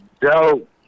dope